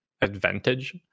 advantage